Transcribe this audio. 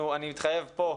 אני מתחייב פה,